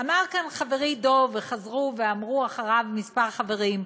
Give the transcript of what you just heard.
אמר כאן חברי דב, וחזרו ואמרו אחריו כמה חברים,